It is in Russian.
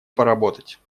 поработать